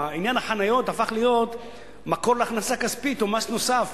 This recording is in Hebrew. עניין החניות הפך להיות מקור להכנסה כספית או מס נוסף,